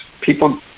People